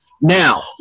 Now